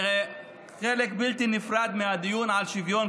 וחלק בלתי נפרד מהדיון על שוויון,